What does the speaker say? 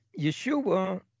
Yeshua